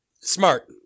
Smart